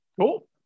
cool